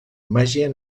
màgia